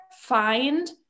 find